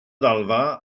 ddalfa